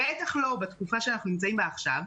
בטח לא בתקופה שאנחנו נמצאים בה עכשיו,